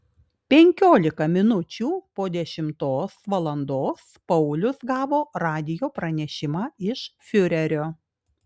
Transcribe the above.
penkiolika minučių po dešimtos valandos paulius gavo radijo pranešimą iš fiurerio